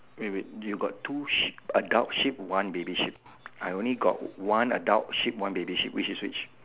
wait wait you got two sheep adult sheep one baby sheep I only got one adult sheep one baby sheep which is which